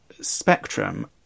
spectrum